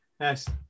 Yes